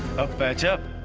patch up